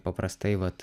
paprastai vat